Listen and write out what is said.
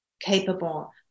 capable